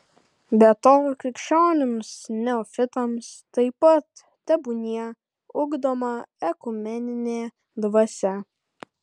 be to krikščionims neofitams taip pat tebūnie ugdoma ekumeninė dvasia